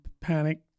panic